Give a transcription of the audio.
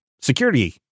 security